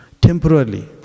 temporarily